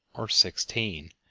or sixteen,